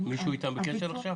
מישהו בקשר איתם עכשיו?